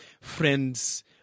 friend's